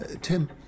Tim